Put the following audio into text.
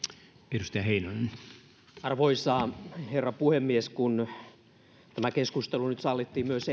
arvoisa herra puhemies kun keskustelu nyt sallittiin myös